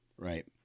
right